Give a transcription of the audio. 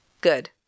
Good